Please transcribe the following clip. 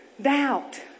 Doubt